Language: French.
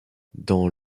dans